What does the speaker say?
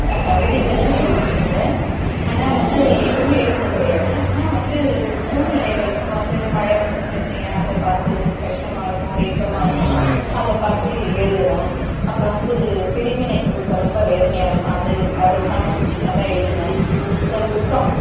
நான் கவிதைகள்லாம் எழுதினது இல்லை ஆனால் வந்து எப்போவும் எழுதினது கிடையாது ஆனால் வந்து சூழ்நிலைகள் இப்போ வந்து மழை வந்துடுச்சினு வச்சுக்கியான் அதை பார்த்து ஒரு கஷ்டமாக இருக்கும் ஒரு இன்பமாக இருக்கும் அதை பார்த்து எழுதுறேன் அப்பறம் வந்து பிரிவினை ஊக்கம் ரொம்ப வேதனையாக இருக்கும் அது அதை உக்காந்து கொஞ்ச சின்னதாக எழுதுவேன் அப்றம் துக்கம்